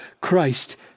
Christ